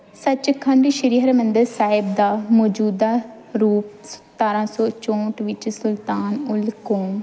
ਸੱਚਖੰਡ ਸ਼੍ਰੀ ਹਰਿਮੰਦਰ ਸਾਹਿਬ ਦਾ ਮੌਜੂਦਾ ਰੂਪ ਸਤਾਰ੍ਹਾਂ ਸੌ ਚੌਂਹਠ ਵਿੱਚ ਸੁਲਤਾਨ ਉਲ ਕੌਮ